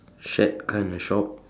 shared kind of shop